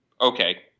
Okay